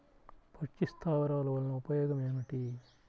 పక్షి స్థావరాలు వలన ఉపయోగం ఏమిటి?